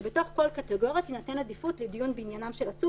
שבכל קטגוריה תינתן עדיפות לדיון בעניינם של עצור,